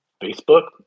Facebook